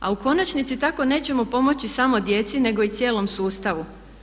A u konačnici tako nećemo pomoći samo djeci nego i cijelom sustavu.